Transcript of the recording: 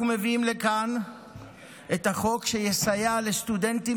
אנחנו מביאים לכאן את החוק שיסייע לסטודנטים